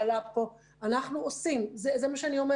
נושא שעלה כאן.